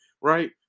right